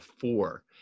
four